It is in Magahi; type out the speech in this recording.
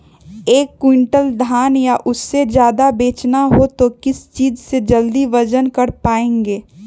एक क्विंटल धान या उससे ज्यादा बेचना हो तो किस चीज से जल्दी वजन कर पायेंगे?